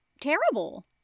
terrible